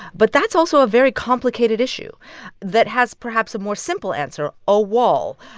but that's also a very complicated issue that has, perhaps, a more simple answer a wall,